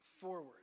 forward